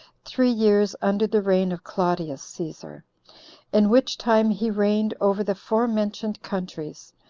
three years under the reign of claudius caesar in which time he reigned over the forementioned countries,